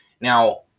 Now